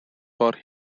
for